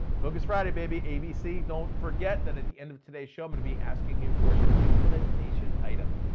focus friday, baby, abc. don't forget that at the end of today's show, i'm gonna be asking you for your implementation item.